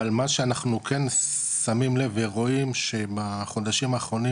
אבל מה שאנחנו כן שמים לב ורואים שמהחודשים האחרונים